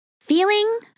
Feeling